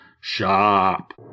shop